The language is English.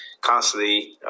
constantly